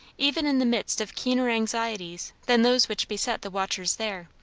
even in the midst of keener anxieties than those which beset the watchers there.